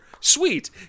Sweet